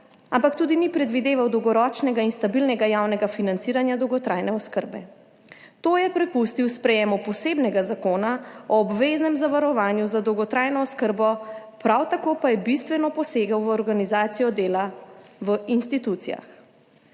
ampak tudi ni predvideval dolgoročnega in stabilnega javnega financiranja dolgotrajne oskrbe. To je prepustil sprejemu posebnega Zakona o obveznem zavarovanju za dolgotrajno oskrbo, prav tako pa je bistveno posegel v organizacijo dela v institucijah.